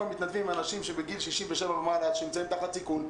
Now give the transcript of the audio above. המתנדבים הם בני 67 ומעלה שנמצאים בסיכון.